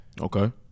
Okay